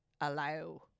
allow